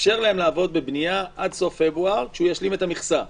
לאפשר להם לעבוד בבנייה עד סוף פברואר שהוא ישלים את המכסה.